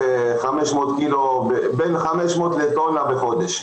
בין 500 קילו לטון בחודש.